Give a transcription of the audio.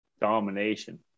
domination